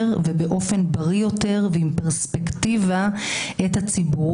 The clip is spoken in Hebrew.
ובאופן בריא יותר ועם פרספקטיבה את הציבור,